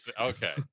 Okay